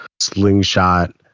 slingshot